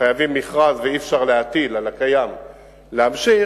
חייבים מכרז ואי-אפשר להטיל על הקיים להמשיך,